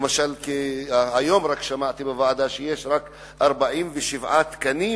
למשל, רק היום שמעתי בוועדה שיש רק 47 תקנים,